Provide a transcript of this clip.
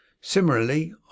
Similarly